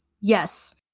Yes